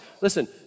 Listen